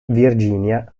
virginia